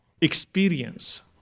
experience